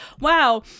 wow